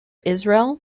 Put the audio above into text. israel